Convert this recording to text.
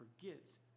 forgets